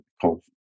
called